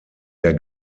der